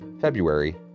February